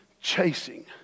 chasing